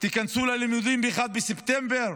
תיכנסו ללימודים ב-1 בספטמבר,